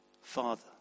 Father